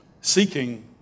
seeking